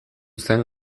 zen